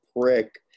prick